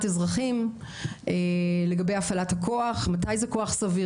אזרחים לגבי הפעלת הכוח מתי זה כוח סביר,